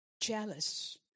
jealous